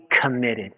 committed